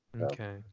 Okay